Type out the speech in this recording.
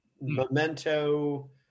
memento